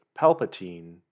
Palpatine